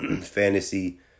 fantasy